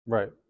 Right